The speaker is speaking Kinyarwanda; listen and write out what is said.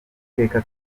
iteka